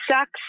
sucks